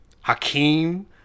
Hakeem